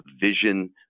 vision